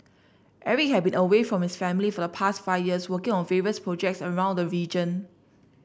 Eric had been away from his family for the past five years working on various projects around the region